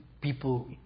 people